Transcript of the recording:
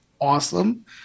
awesome